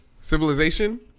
Civilization